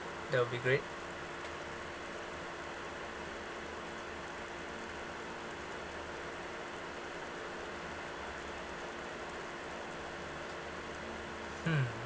that will be great hmm